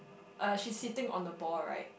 uh she's sitting on the ball right